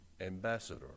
ambassador